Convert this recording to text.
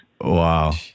Wow